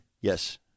Yes